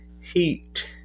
heat